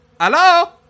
hello